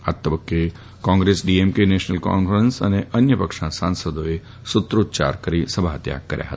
આ તબક્કે કોંગ્રેસ ડીએમકે નેશનલ કોન્ફરન્સ અને અન્ય પક્ષના સાંસદોએ સૂત્રોચ્યાર કરી સભાત્યાગ કર્યો હતો